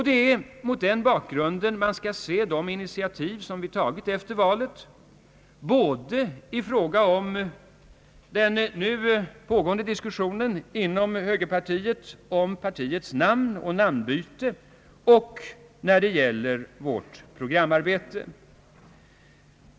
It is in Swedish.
Det är mot den bakgrunden man skall se de initiativ som vi tagit efter valet, både i fråga om den nu pågående diskussionen inom högerpartiet om partiets namn och då det gäller vårt programarbete.